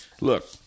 Look